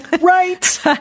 right